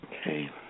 Okay